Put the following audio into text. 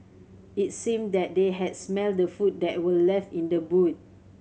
it seemed that they had smelt the food that were left in the boot